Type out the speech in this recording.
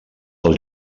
els